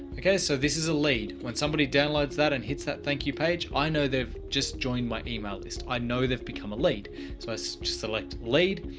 okay? so this is a lead when somebody downloads that and hits that. thank you page. i know they've just joined my email list. i know they've become a lead, so it's just select lead,